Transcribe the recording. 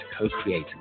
co-create